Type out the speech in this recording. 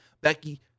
Becky